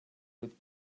with